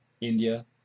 India